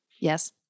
Yes